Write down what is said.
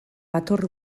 hator